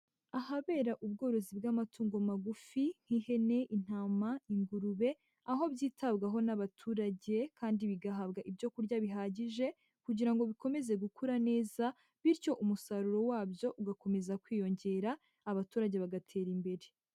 Ahabera ubworozi bw'amatungo magufi nk'ihene, intama, ingurube, aho byitabwaho n'abaturage kandi bigahabwa ibyo kurya bihagije, kugira ngo bikomeze gukura neza, bityo umusaruro wabyo ugakomeza kwiyongera, abaturage bagatera imbere.